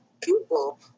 people